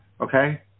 Okay